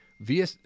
via